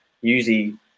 usually